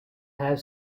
have